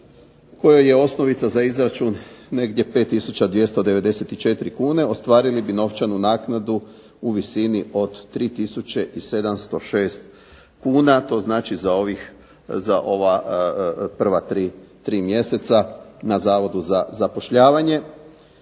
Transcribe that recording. kojoj je osnovica za izračun negdje 5294 kune ostvarili bi novčanu naknadu u visini od 3 tisuće i 706 kuna, to znači za ovih, za ova prva tri mjeseca na Zavodu za zapošljavanje,